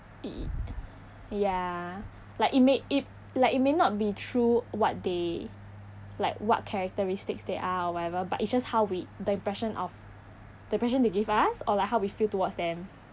y~ ya like it may it like it may not be true what they like what characteristics they are or whatever but it's just how we the impression of the impression they gave us or like how we feel towards them